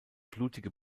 blutige